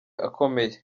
akomeye